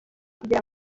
kugira